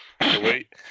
Wait